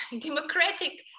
democratic